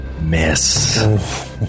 miss